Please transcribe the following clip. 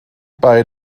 bei